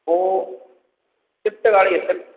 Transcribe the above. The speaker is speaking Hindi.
वह शिफ्ट गाड़ी है शिफ्ट